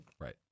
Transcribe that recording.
Right